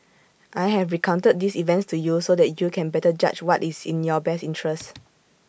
I have recounted these events to you so that you can better judge what is in your best interests